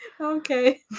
okay